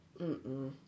Mm-mm